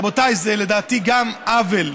רבותיי, לדעתי זה עוול.